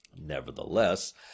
Nevertheless